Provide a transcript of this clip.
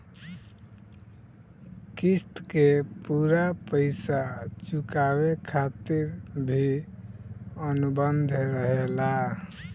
क़िस्त के पूरा पइसा चुकावे खातिर भी अनुबंध रहेला